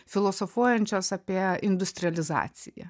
filosofuojančios apėjo industrializaciją